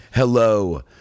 Hello